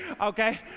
okay